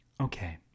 Okay